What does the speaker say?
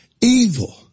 evil